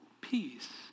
peace